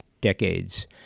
decades